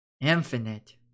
Infinite